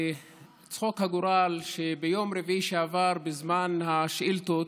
צחוק הגורל שביום רביעי שעבר, בזמן השאילתות,